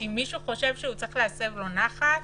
אם מישהו חושב שהוא צריך להסב לו נחת,